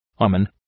Amen